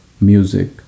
music